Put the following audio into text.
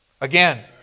Again